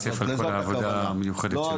זו הייתה הכוונה.